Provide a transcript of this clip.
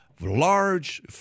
large